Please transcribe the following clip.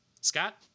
Scott